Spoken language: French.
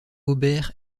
aubert